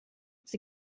sie